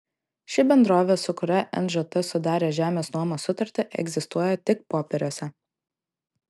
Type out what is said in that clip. ši bendrovė su kuria nžt sudarė žemės nuomos sutartį egzistuoja tik popieriuose